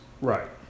Right